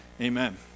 Amen